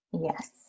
Yes